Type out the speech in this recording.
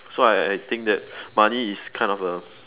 so I I think that money is kind of a